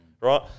right